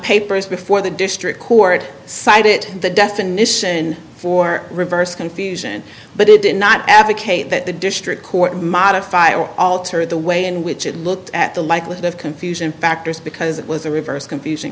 papers before the district court cited the definition for reverse confusion but it did not advocate that the district court modify or alter the way in which it looked at the likelihood of confusion factors because it was a reverse confusing